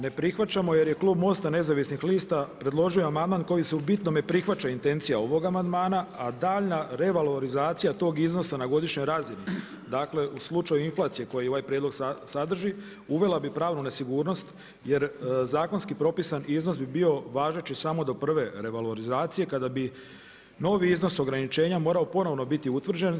Ne prihvaćamo jer je klub MOST-a nezavisnih lista predložio amandman koji se u bitnome prihvaća intencija ovog amandmana a daljnja revalorizacija tog iznosa na godišnjoj razini dakle, u slučaju inflacije koji ovaj prijedlog sadrži, uvela bi pravnu nesigurnost jer zakonski propisani iznos bi bio važeći samo do prve revalorizacije kada bi novi iznos ograničenja morao ponovo biti utvrđen.